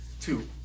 two